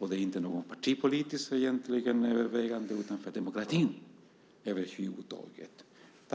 Egentligen är det inte fråga om ett partipolitiskt övervägande, utan det gäller demokratin över huvud taget.